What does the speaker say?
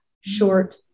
short